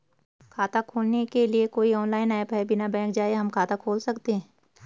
खाता खोलने के लिए कोई ऑनलाइन ऐप है बिना बैंक जाये हम खाता खोल सकते हैं?